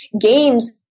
games